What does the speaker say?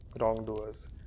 wrongdoers